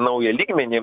naują lygmenį